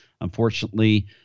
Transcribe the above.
Unfortunately